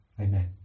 Amen